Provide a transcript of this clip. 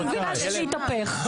אני מבינה שזה התהפך.